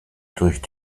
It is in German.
durch